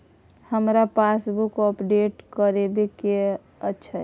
हमरा passbook update करैबे के अएछ?